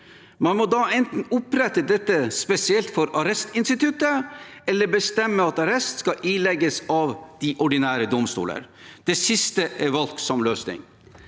Man må da enten opprette dette spesielt for arrestinstituttet eller bestemme at arrest skal ilegges av de ordinære domstoler. Det siste er valgt som løsning.